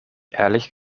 ehrlich